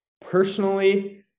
Personally